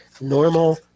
normal